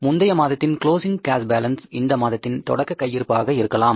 முந்தைய மாதத்தின் closing cash balance இந்த மாதத்தின் தொடக்க கையிருப்பாக இருக்கலாம்